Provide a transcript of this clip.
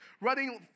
running